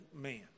man